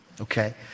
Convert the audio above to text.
okay